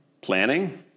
planning